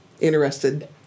interested